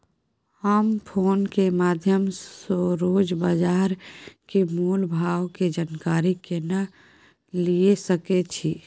हम फोन के माध्यम सो रोज बाजार के मोल भाव के जानकारी केना लिए सके छी?